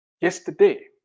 yesterday